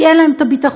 כי אין להם ביטחון,